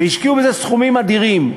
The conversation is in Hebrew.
והשקיעו בזה סכומים אדירים.